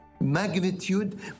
magnitude